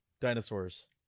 dinosaurs